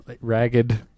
ragged